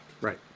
Right